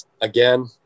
again